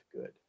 good